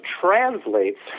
translates